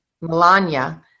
Melania